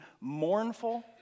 mournful